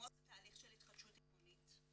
מקודמות בתהליך של התחדשות עירונית.